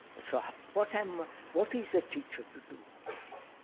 so what um what is a teacher to to